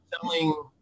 selling